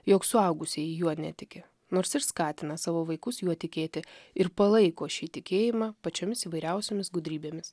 jog suaugusieji juo netiki nors ir skatina savo vaikus juo tikėti ir palaiko šį tikėjimą pačiomis įvairiausiomis gudrybėmis